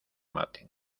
maten